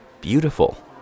beautiful